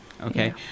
Okay